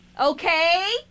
okay